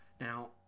Now